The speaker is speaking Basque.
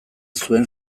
zuen